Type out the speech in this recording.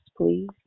please